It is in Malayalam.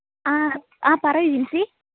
ആ ആ പറയ് ജിൻസി